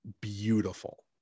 beautiful